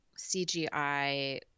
CGI